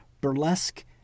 burlesque